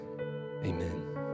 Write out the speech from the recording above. amen